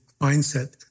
mindset